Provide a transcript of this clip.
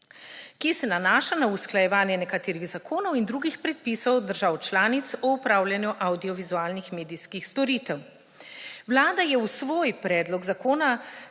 ki se nanaša na usklajevanje nekaterih zakonov in drugih predpisov držav članic o opravljanju avdiovizualnih medijskih storitev. Vlada je v svojem predlogu zakona,